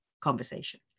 conversation